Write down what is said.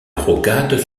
rocade